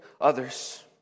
others